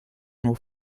nur